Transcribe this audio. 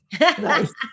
Nice